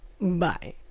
Bye